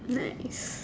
nice